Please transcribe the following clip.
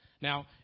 Now